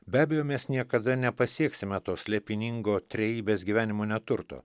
be abejo mes niekada nepasieksime to slėpiningo trejybės gyvenimo neturto